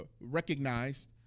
recognized